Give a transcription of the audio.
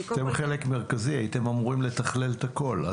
אתם חלק מרכזי, הייתם אמורים לתכלל את הכול.